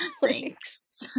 Thanks